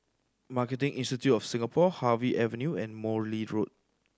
Marketing Institute of Singapore Harvey Avenue and Morley Road